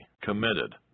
committed